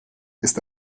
ist